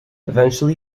eventually